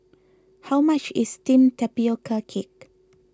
how much is Steamed Tapioca Cake